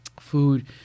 food